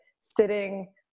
sitting